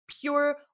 pure